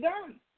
done